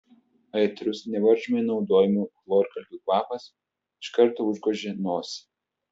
aitrus nevaržomai naudojamų chlorkalkių kvapas iš karto užgožė nosį